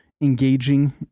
Engaging